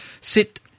sit